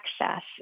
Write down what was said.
access